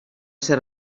ser